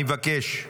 אני מבקש,